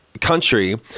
country